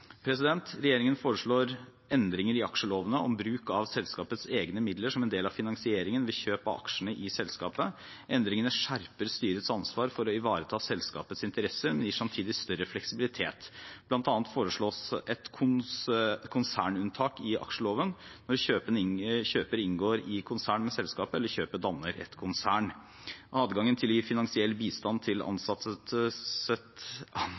Regjeringen foreslår endringer i aksjelovene om bruk av selskapets egne midler som en del av finansieringen ved kjøp av aksjene i selskapet. Endringene skjerper styrets ansvar for å ivareta selskapets interesser, men gir samtidig større fleksibilitet. Blant annet foreslås et konsernunntak i aksjeloven når kjøperen inngår i konsern med selskapet, eller når kjøpet danner et konsern. Adgangen til å gi finansiell bistand til